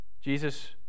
Jesus